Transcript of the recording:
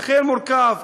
אכן מורכב.